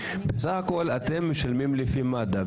היום אתם משלמים לפי מד"א.